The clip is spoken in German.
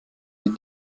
wie